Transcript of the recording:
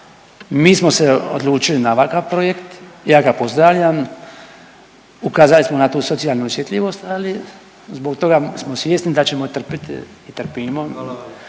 Mi smo se odlučili na ovakav projekt, ja ga pozdravljam. Ukazali smo na tu socijalnu osjetljivost ali zbog toga smo svjesni da ćemo trpiti, trpimo